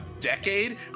decade